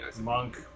monk